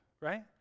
right